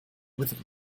with